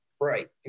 Right